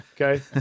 Okay